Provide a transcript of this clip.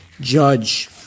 judge